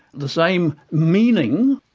the same meaning,